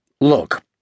Look